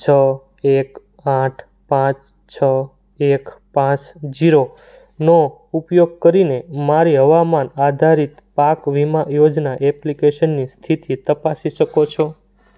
છ એક આઠ પાંચ છ એક પાંચ ઝીરો નો ઉપયોગ કરીને મારી હવામાન આધારિત પાક વીમા યોજના એપ્લિકેશનની સ્થિતિ તપાસી શકો છો